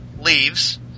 leaves